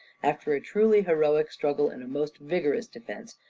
after a truly heroic struggle and a most vigorous defence,